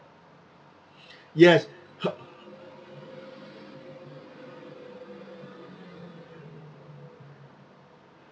yes her